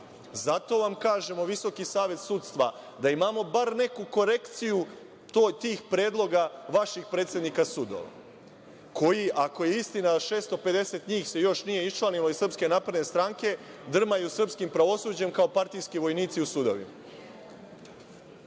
Zato vam kažemo - Visoki savet sudstva, da imamo bar neku korekciju tih predloga vaših predsednika sudova, koji, ako je istina 650 njih se još nije iščlanilo iz SNS, drmaju srpskim pravosuđem kao partijski vojnici u sudovima.